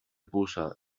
puça